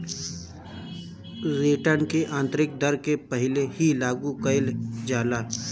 return की आतंरिक दर के पहिले ही लागू कईल जाला